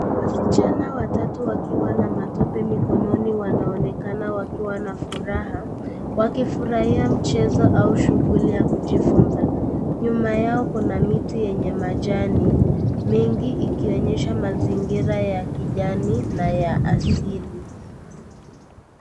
Wasichana watatu wakiwa na matope mikononi wanaonekana wakiwa na furaha wakifurahia mchezo au shughuli ya kujifuza. Nyuma yao kuna miti yenye majani mengi ikionyesha mazingira ya kijani na ya asili.